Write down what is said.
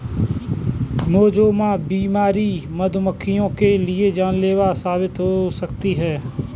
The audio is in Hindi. नोज़ेमा बीमारी मधुमक्खियों के लिए जानलेवा साबित हो सकती है